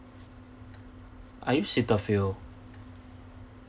I use cetaphil